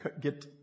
get